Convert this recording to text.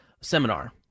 seminar